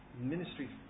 Ministry